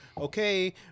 okay